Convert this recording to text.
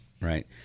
right